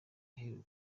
iheruheru